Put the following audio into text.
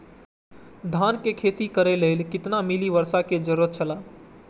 धान के खेती करे के लेल कितना मिली वर्षा के जरूरत छला?